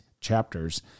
chapters